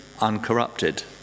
uncorrupted